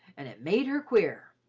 and it made her queer.